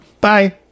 bye